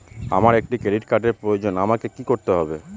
আমার একটি ক্রেডিট কার্ডের প্রয়োজন আমাকে কি করতে হবে?